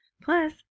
Plus